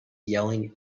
yelling